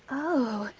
oh!